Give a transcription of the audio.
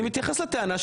אני מתייחס לטענה.